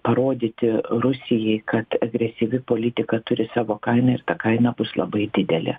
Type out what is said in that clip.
parodyti rusijai kad agresyvi politika turi savo kainą ir ta kaina bus labai didelė